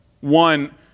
One